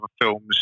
films